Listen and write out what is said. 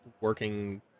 working